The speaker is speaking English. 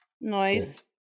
Nice